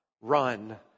Run